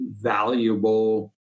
valuable